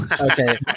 okay